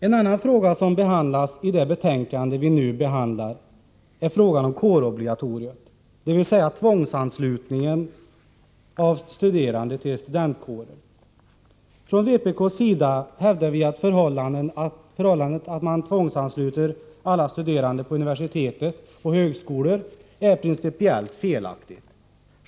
En annan fråga som behandlas i detta betänkande är kårobligatoriet, dvs. tvångsanslutningen av studerande till studentkårer. Från vpk:s sida hävdar vi att det förhållandet att man tvångsansluter alla studerande på universitet och högskolor är principiellt felaktigt.